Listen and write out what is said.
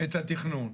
את התכנון.